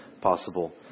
possible